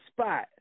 spot